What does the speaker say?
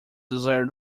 desire